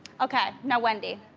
okay, now wendy.